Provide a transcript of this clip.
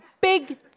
big